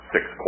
six